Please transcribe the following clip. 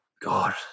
God